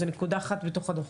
זו נקודה אחת בתוך הדוח.